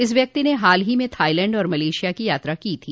इस व्यक्ति ने हाल ही में थाईलैंड और मलेशिया की यात्रा की थी